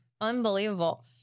Unbelievable